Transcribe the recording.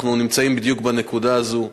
אנחנו נמצאים בדיוק בנקודה הזאת.